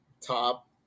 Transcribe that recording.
top